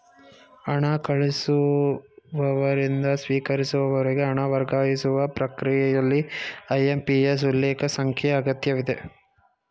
ಹಣ ಕಳಿಸುವವರಿಂದ ಸ್ವೀಕರಿಸುವವರಿಗೆ ಹಣ ವರ್ಗಾಯಿಸುವ ಪ್ರಕ್ರಿಯೆಯಲ್ಲಿ ಐ.ಎಂ.ಪಿ.ಎಸ್ ಉಲ್ಲೇಖ ಸಂಖ್ಯೆ ಅಗತ್ಯವಿದೆ